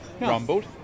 rumbled